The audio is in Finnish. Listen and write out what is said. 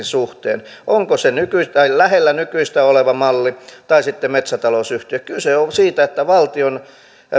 suhteen onko se lähellä nykyistä oleva malli tai sitten metsätalousyhtiö kyse on siitä että valtion